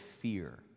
fear